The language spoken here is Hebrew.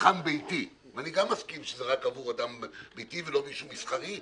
צרכן ביתי ואני גם מסכים שזה רק עבור אדם פרטי ולא מישהו מסחרי,